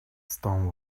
stone